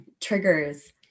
triggers